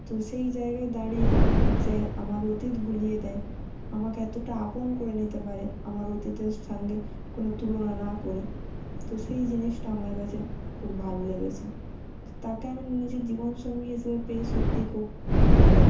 তো সেই জায়গায় দাঁড়িয়ে যে আমার অতীত ভুলিয়ে দেয় আমাকে এতোটা আপন করে নিতে পারে আমার অতীতের সঙ্গে কোনও তুলনা না করে তো সেই জিনিসটা আমার কাছে খুব ভালো লেগেছে তাকে আমি নিজের জীবনসঙ্গী হিসেবে পেয়ে সত্যি খুব ভালো